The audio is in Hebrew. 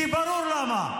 כי ברור למה.